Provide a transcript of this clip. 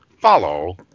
follow